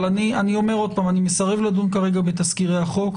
אני אומר שוב שאני מסרב לדון כרגע בתזכירי החוק.